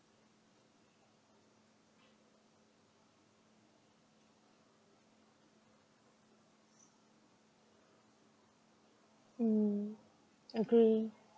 mm agree